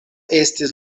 estis